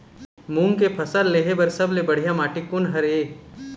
मूंग के फसल लेहे बर सबले बढ़िया माटी कोन हर ये?